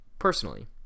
personally